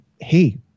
hey